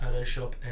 Photoshop